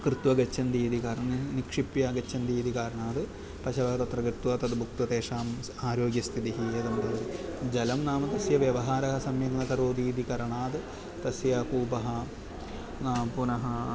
कृत्व गच्छन्ति इति कारणेन निक्षिप्य गच्छन्ति इति कारणात् पशवः तत्र गत्वा तद्भुक्त्वा तेषां स्व आरोग्यस्थितिः यदा जलं नाम तस्य व्यवहारः सम्यक् न करोति कारणात् तस्य कूपः न पुनः